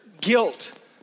guilt